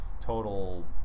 total